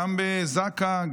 גם בזק"א,